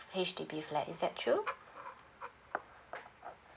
H_D_B flat is that true